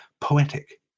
poetic